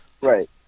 Right